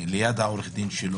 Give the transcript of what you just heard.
ליד עורך דינו,